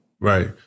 Right